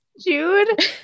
jude